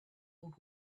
old